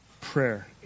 Prayer